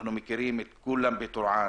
אנחנו מכירים את כולם בטורעאן.